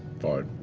fine.